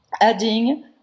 adding